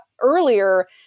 earlier